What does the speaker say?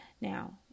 Now